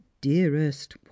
dearest